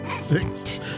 Six